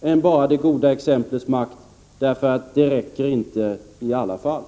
än bara det goda exemplets makt; det räcker inte i alla fall.